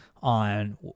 on